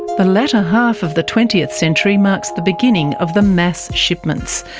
the latter half of the twentieth century marks the beginning of the mass shipments,